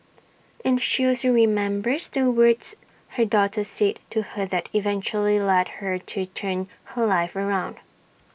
and she also remembers the words her daughter said to her that eventually led her to turn her life around